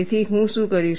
તેથી હું શું કરીશ